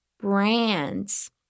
brands